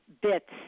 bits